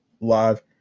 live